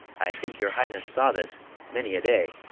i thinke your highnesse saw this many a day